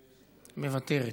מוותרת,